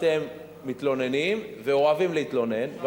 אתם מתלוננים ואוהבים להתלונן, כן?